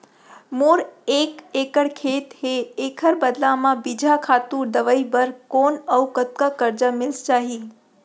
मोर एक एक्कड़ खेत हे, एखर बदला म बीजहा, खातू, दवई बर कोन अऊ कतका करजा मिलिस जाही?